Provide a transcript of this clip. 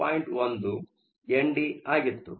1 ಎನ್ಡಿ ಆಗಿತ್ತು